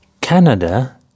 Canada